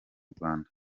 rwanda